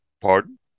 pardon